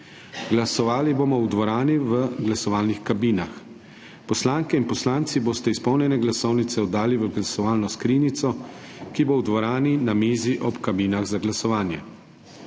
Glasovali bomo v dvorani v glasovalnih kabinah. Poslanke in poslanci boste izpolnjene glasovnice oddali v glasovalno skrinjico, ki bo v dvorani na mizi ob kabinah za glasovanje.